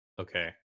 Okay